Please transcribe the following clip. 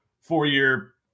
four-year